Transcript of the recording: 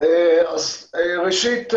אז ראשית,